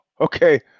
Okay